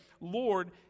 Lord